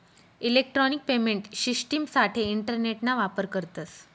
electronic payment शिश्टिमसाठे इंटरनेटना वापर करतस